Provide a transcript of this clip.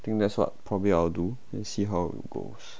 I think that's what probably I'll do see how it goes